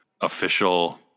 official